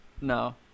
no